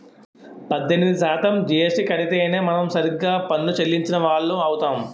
పద్దెనిమిది శాతం జీఎస్టీ కడితేనే మనం సరిగ్గా పన్ను చెల్లించిన వాళ్లం అవుతాం